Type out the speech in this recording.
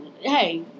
hey